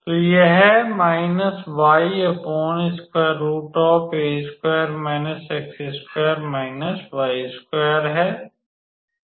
तो यह है